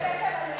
שהבאת לנו,